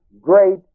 great